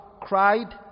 cried